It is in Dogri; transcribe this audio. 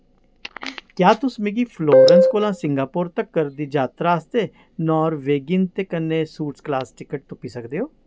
क्या तुस मिगी फ्लोरेंस कोला सिंगापुर तक्कर दी जातरा आस्तै नारवेगिन दे कन्नै सूट्स क्लास टिकट तुप्पी सकदे ओ